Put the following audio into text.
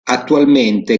attualmente